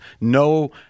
No